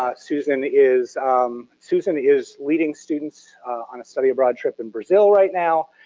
um susan is um susan is leading students on a study abroad trip in brazil right now,